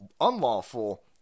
unlawful